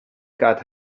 got